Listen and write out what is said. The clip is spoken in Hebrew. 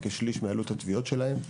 רק כשליש מעלות התביעות שלהם.